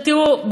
תראו,